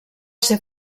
ser